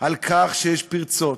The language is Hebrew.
על כך שיש פרצות,